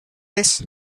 this